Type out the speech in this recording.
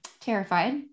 terrified